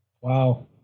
Wow